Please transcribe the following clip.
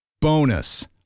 Bonus